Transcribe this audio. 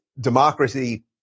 democracy